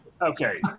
Okay